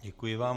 Děkuji vám.